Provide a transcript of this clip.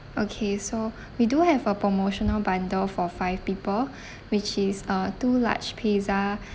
okay so we do have a promotional bundle for five people which is uh two large pizza